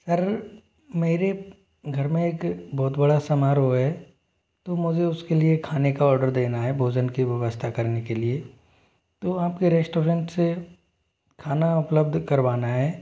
sir मेरे घर में एक बहुत बड़ा समारोह है तो मुझे उसके लिए खाने का आर्डर देना है भोजन की व्यवस्था करने के लिए तो आपके रेस्टोरेंट से खाना उपलब्ध करवाना है